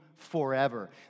forever